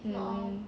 mm